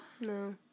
No